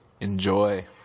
Enjoy